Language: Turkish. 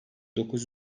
dokuz